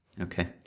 Okay